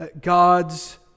God's